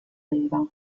leva